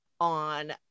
on